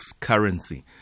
currency